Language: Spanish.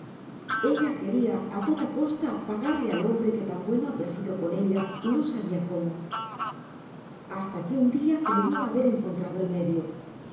ella quería a toda costa pagarle al hombre que tan bueno había sido con ella y no sabia cómo hasta que un día creyó haber encontrado el medio